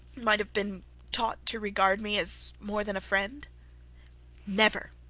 might have been taught to regard me as more than a friend never,